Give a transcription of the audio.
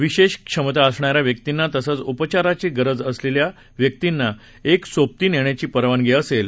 विशेष क्षमता असणाऱ्या व्यक्तींना तसंच उपचाराची गरज असलेल्या व्यक्तींना एक सोबती नेण्याची परवानगी असेल